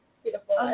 beautiful